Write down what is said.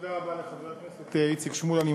תודה לחבר הכנסת איציק שמולי.